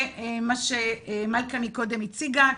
ומה שמלכה קודם הציגה,